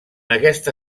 aquesta